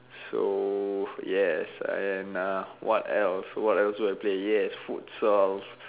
so yes and what else what else do I play yes futsal